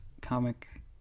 comic